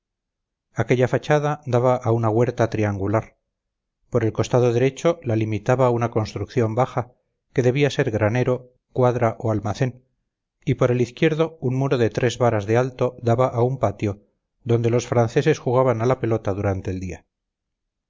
aquella fachada daba a una huerta triangular por el costado derecho la limitaba una construcción baja que debía ser granero cuadra o almacén y por el izquierdo un muro de tres varas de alto daba a un patio donde los franceses jugaban a la pelota durante el día